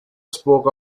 spoke